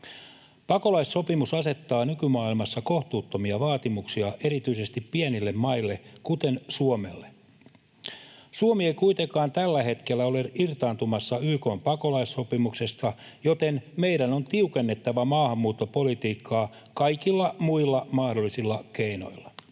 Pakolaissopimus asettaa nykymaailmassa kohtuuttomia vaatimuksia erityisesti pienille maille, kuten Suomelle. Suomi ei kuitenkaan tällä hetkellä ole irtaantumassa YK:n pakolaissopimuksesta, joten meidän on tiukennettava maahanmuuttopolitiikkaa kaikilla muilla mahdollisilla keinoilla.